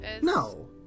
No